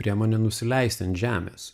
priemonė nusileisti ant žemės